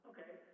Okay